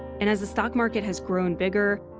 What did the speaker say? and as the stock market has grown bigger,